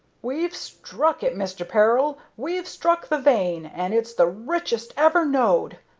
we've struck it, mister peril! we've struck the vein, and it's the richest ever knowed!